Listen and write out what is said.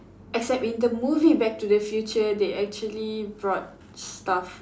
except in the movie back to the future they actually brought stuff